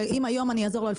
ואם היום יפנה,